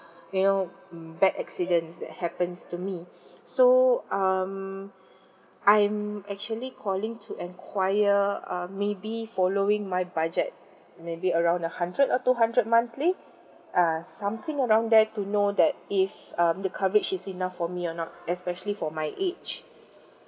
you know bad accidents that happens to me so um I'm actually calling to enquire um maybe following my budget maybe around a hundred or two hundred monthly uh something around there to know that if um the coverage is enough for me or not especially for my age